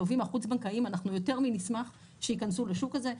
המלווים החוץ בנקאיים אנחנו יותר מנשמח שיכנסו לשוק הזה,